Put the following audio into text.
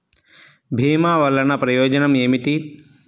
భీమ వల్లన ప్రయోజనం ఏమిటి?